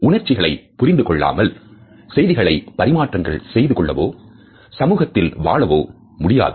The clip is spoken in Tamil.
உணர்ச்சிகளை புரிந்து கொள்ளாமல் செய்திகளை பரிமாற்றங்கள் செய்து கொள்ளவோ சமூகத்தில் வாழவோ முடியாது